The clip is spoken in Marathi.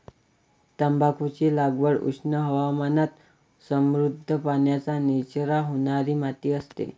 तंबाखूची लागवड उष्ण हवामानात समृद्ध, पाण्याचा निचरा होणारी माती असते